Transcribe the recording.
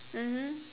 mmhmm